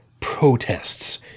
protests